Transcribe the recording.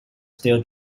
still